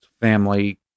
family